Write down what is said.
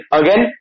again